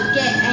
get